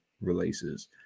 releases